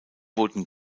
wurden